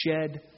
shed